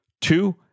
Two